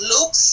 Luke